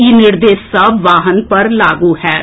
ई निर्देश सभ वाहन पर लागू होयत